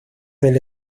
del